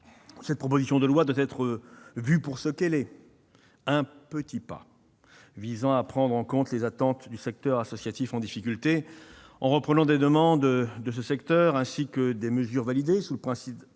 Cette proposition de loi doit être vue pour ce qu'elle est : un petit pas visant à prendre en compte les attentes d'un secteur associatif en difficulté. En reprenant des demandes du secteur, ainsi que des mesures validées sous le précédent